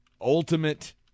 ultimate